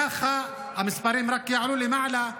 ככה המספרים רק יעלו למעלה,